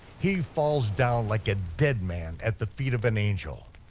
he falls down like a dead man at the feet of an angel.